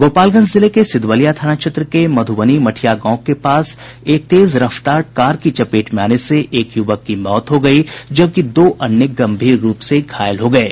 गोपालगंज जिले के सिधवलिया थाना क्षेत्र के मधुबनी मठिया गांव के पास एक तेज रफ्तार कार की चपेट में आने से एक युवक की मौत हो गयी जबकि दो अन्य गंभीर रूप से घायल हो गये